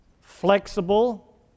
flexible